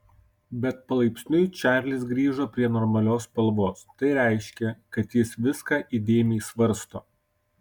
bet palaipsniui čarlis grįžo prie normalios spalvos tai reiškė kad jis viską įdėmiai svarsto